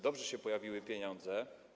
Dobrze, że się pojawiły pieniądze.